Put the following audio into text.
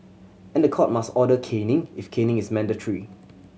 and the court must order caning if caning is mandatory